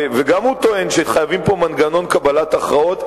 גם הוא טוען שחייבים פה מנגנון קבלת הכרעות,